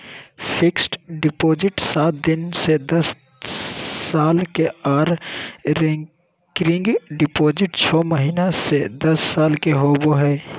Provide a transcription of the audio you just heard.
fixed deposit सात दिन से दस साल के आर रेकरिंग डिपॉजिट छौ महीना से दस साल के होबय हय